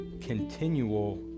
continual